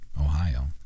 Ohio